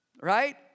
right